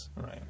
Right